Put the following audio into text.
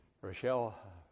Rochelle